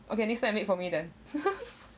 okay next time you make for me then